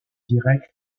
directs